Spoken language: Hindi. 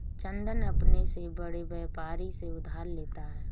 चंदन अपने से बड़े व्यापारी से उधार लेता है